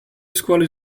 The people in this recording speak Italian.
scuole